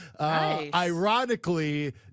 ironically